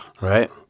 Right